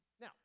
Now